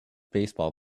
baseball